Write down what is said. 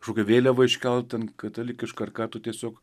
kažkokią vėliavą iškelt ten katalikišką ar ką tu tiesiog